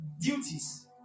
Duties